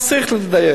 אז צריך לדייק.